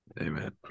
Amen